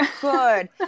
Good